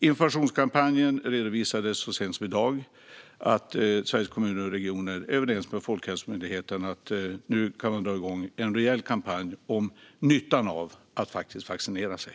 Informationskampanjen redovisade så sent som i dag att Sveriges Kommuner och Regioner är överens med Folkhälsomyndigheten om att man nu kan dra igång en rejäl kampanj om nyttan av att faktiskt vaccinera sig.